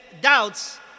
doubts